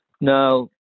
Now